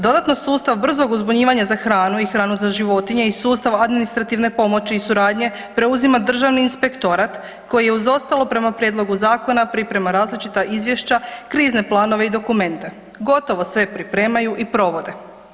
Dodatno, sustav brzog uzbunjivanja za hranu i hranu za životinje i sustav administrativne pomoći i suradnje preuzima državni inspektorat koji uz ostalo prema prijedlogu zakona priprema različita izvješća, krizne planove i dokumente, gotovo sve pripremaju i provode.